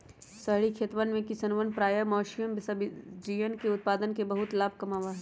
शहरी खेतवन में किसवन प्रायः बेमौसमी सब्जियन के उत्पादन से बहुत लाभ कमावा हई